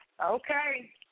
Okay